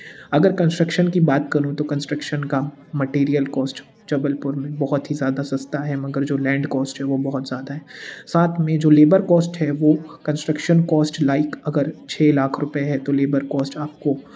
अगर कन्स्ट्रक्शन की बात करूँ तो कन्स्ट्रक्शन का मटेरियल कॉस्ट जबलपुर में बहुत ही ज़्यादा सस्ता है अगर जो लैंड कॉस्ट है वह बहुत ज़्यादा है साथ में जो लेबर कॉस्ट हो वह कन्स्ट्रक्शन कॉस्ट लाइक अगर छः लाख रुपये है तो लेबर कॉस्ट आपको